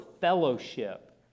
fellowship